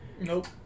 Nope